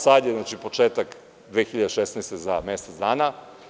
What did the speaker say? Sad je inače početak 2016. godine za mesec dana.